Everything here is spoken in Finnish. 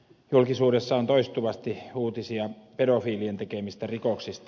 julkisuudessa on toistuvasti uutisia pedofiilien tekemistä rikoksista